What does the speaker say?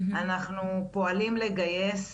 אנחנו פועלים לגייס